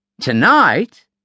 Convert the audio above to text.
Tonight